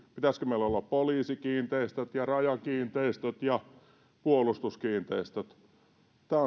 pitäisikö meillä olla poliisikiinteistöt ja rajakiinteistöt ja puolustuskiinteistöt tämä